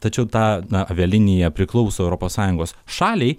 tačiau ta na avialinija priklauso europos sąjungos šaliai